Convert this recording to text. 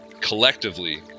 collectively